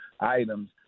items